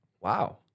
wow